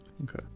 Okay